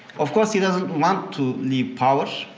of course he doesn't want to leave power.